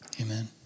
Amen